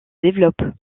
développe